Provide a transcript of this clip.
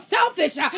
Selfish